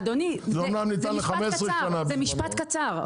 אדוני, זה משפט קצר.